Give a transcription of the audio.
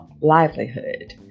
livelihood